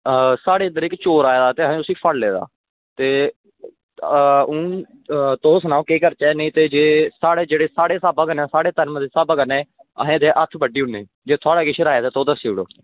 ते साढ़े इद्धर चोर आया ते असें उसी फड़ी लेआ ते हून तुस सनाओ केह् करचै की जे साढ़े साढ़े जेह्के स्हाबै कन्नै साढ़े धर्म दे स्हाबै कन्नै असें एह्दे हत्थ बड्ढी ओड़ने जे थुआढ़ी किश राय ऐ ते तुस दस्सी ओड़ेओ